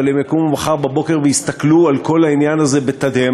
אבל הם יקומו מחר בבוקר ויסתכלו על כל העניין הזה בתדהמה,